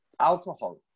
alcohol